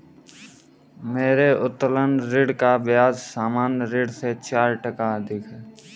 मेरे उत्तोलन ऋण का ब्याज सामान्य ऋण से चार टका अधिक है